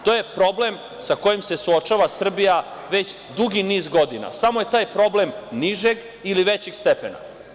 To je problem sa kojim se suočava Srbija već dugi niz godina, samo je taj problem nižeg ili većeg stepena.